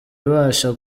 ibasha